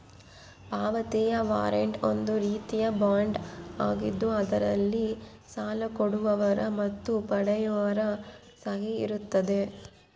ಪಾವತಿಯ ವಾರಂಟ್ ಒಂದು ರೀತಿಯ ಬಾಂಡ್ ಆಗಿದ್ದು ಅದರಲ್ಲಿ ಸಾಲ ಕೊಡುವವರ ಮತ್ತು ಪಡೆಯುವವರ ಸಹಿ ಇರುತ್ತದೆ